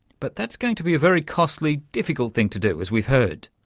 but that's going to be a very costly, difficult thing to do, as we've heard.